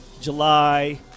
July